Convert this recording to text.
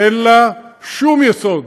אין לה שום יסוד.